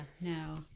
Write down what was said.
no